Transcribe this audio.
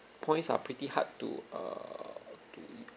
points are pretty hard to err to